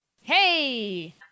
Hey